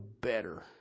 better